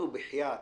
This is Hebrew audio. נו, בחייאת.